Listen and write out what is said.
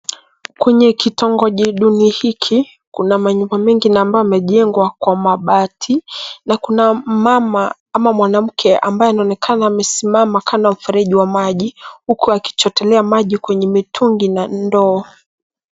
Kwenye kitongoji duni hiki, kuna manyumba mengi na ambayo yamejengwa kwa mabati na kuna mama ama mwanamke ambaye anaonekana amesimama kando wa mfereji wa maji huku akichotelea maji kwenye mitungi na ndoo.